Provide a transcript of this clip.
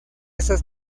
estas